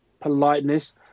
politeness